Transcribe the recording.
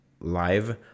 live